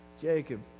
Jacob